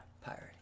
pirate